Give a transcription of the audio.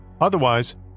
Otherwise